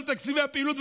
את כל תקציבי הפעילות,